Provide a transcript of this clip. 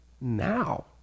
now